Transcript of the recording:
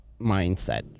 mindset